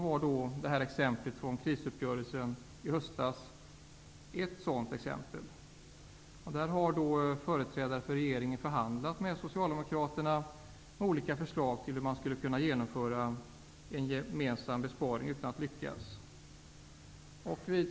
Ett sådant exempel var från krisuppgörelsen i höstas. Företrädare från regeringen förhandlade då med Socialdemokraterna om olika förslag till hur man skulle kunna genomföra en gemensam besparing, utan att lyckas.